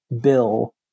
bill